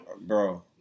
Bro